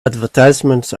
advertisements